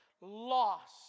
lost